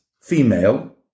female